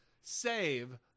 save